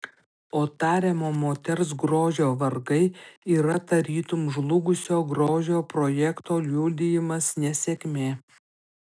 o tariamo moters grožio vargai yra tarytum žlugusio grožio projekto liudijimas nesėkmė